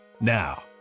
Now